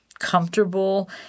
comfortable